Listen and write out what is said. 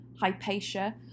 Hypatia